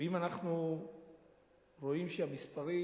אם אנחנו רואים שהמספרים